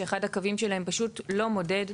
שאחד הקווים שלהם פשוט לא מודד.